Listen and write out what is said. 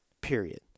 period